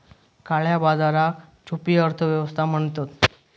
काळया बाजाराक छुपी अर्थ व्यवस्था म्हणतत